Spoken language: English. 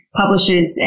publishes